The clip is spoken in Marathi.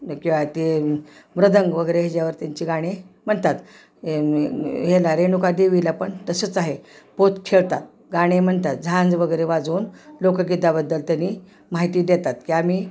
किंवा ते मृदूंग वगैरे याच्यावर त्यांची गाणे म्हणतात हिला रेणुका देवीला पण तसंच आहे पोत खेळतात गाणे म्हणतात झांज वगैरे वाजवून लोकगीताबद्दल त्यांनी माहिती देतात की आम्ही